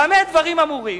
במה דברים אמורים?